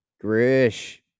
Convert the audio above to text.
Grish